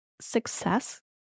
success